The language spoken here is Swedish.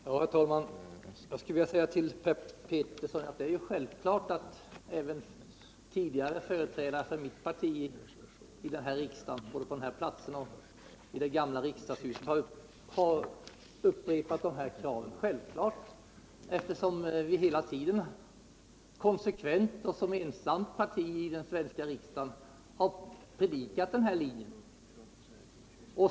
Herr talman! Jag skulle vilja säga till Per Petersson att det är självklart att även tidigare företrädare för mitt parti i riksdagen, både på den här platsen och i det gamla riksdagshuset, har framfört de krav som jag nu upprepat. Det är självklart, eftersom vi hela tiden kensekvent och som ensamt parti i den svenska riksdagen har predikat den linjen.